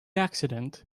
accident